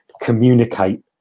communicate